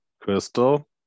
Crystal